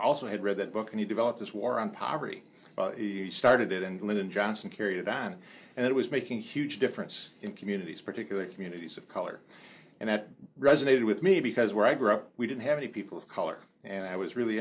also had read that book and he developed this war on poverty he started it and lyndon johnson carried it on and it was making a huge difference in communities particularly communities of color and that resonated with me because where i grew up we didn't have any people of color and i was really